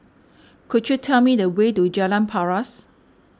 could you tell me the way to Jalan Paras